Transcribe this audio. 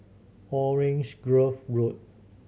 Orange Grove Road